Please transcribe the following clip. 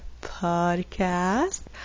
podcast